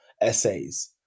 essays